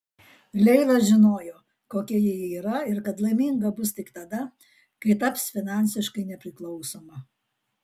leila žinojo kokia ji yra ir kad laiminga bus tik tada kai taps finansiškai nepriklausoma